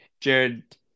jared